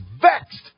vexed